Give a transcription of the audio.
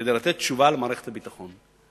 כדי לתת תשובה למערכת הביטחון.